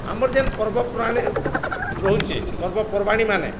ଆମର ଯେନ୍ ପର୍ବପର୍ବାଣି ରହୁଛେ ପର୍ବପର୍ବାଣିମାନେ